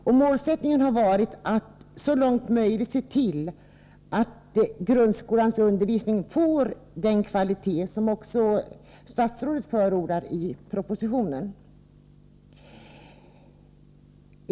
Målsättningen har varit att så långt möjligt se till att grundskolans undervisning får den kvalitet som också statsrådet förordar i propositionen.